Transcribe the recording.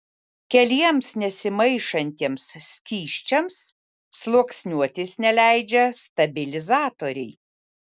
keliems nesimaišantiems skysčiams sluoksniuotis neleidžia stabilizatoriai